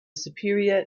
superior